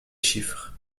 chiffres